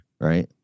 right